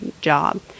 job